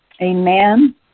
Amen